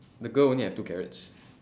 the girl only have two carrots